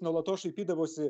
nuolatos šaipydavosi